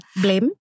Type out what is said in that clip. blame